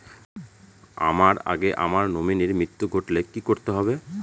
আমার আগে আমার নমিনীর মৃত্যু ঘটলে কি করতে হবে?